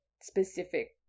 specific